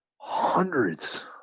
hundreds